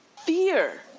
fear